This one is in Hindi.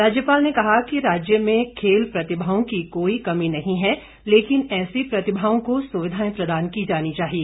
राज्यपाल ने कहा कि राज्य में खेल प्रतिभाओं की कोई कमी नहीं है लेकिन ऐसी प्रतिभाओं को सुविधाएं प्रदान की जानी चाहिए